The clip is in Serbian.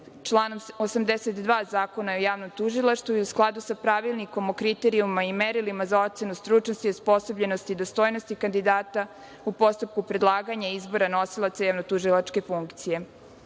članom 82. Zakona o javnom tužilaštvu i u skladu sa Pravilnikom o kriterijumima i merilima za ocenu stručnosti i osposobljenosti i dostojnosti kandidata u postupku predlaganja izbora nosilaca javno-tužilačke funkcije. Na